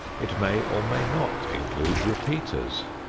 it may or may not include repeaters.